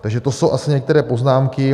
Takže to jsou asi některé poznámky.